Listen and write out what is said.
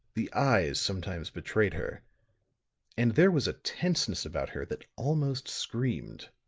the eyes sometimes betrayed her and there was a tenseness about her that almost screamed.